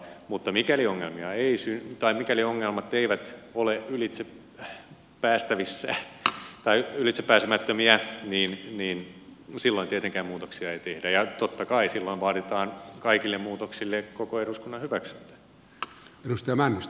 mutta mikäli ongelmat eivät ole ylitsepääsemättömiä niin silloin tietenkään muutoksia ei tehdä ja totta kai silloin vaaditaan kaikille muutoksille koko eduskunnan hyväksyntä